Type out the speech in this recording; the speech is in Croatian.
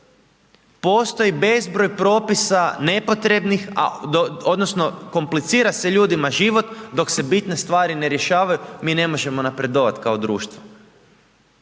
postoji bezbroj propisa nepotrebnih odnosno komplicira se ljudima život dok se bitne stvari ne rješavaju mi ne možemo napredovat kao društvo.